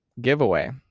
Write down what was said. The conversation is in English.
giveaway